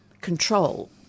control